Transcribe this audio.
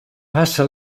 passa